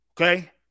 Okay